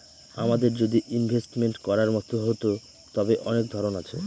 আমাদের যদি ইনভেস্টমেন্ট করার হতো, তবে অনেক ধরন আছে